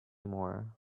more